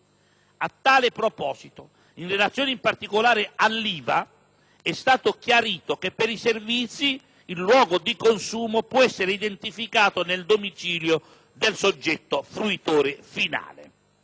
A tale proposito, in relazione in particolare all'IVA, è stato chiarito che per i servizi il luogo di consumo può essere identificato nel domicilio del soggetto fruitore finale.